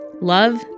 love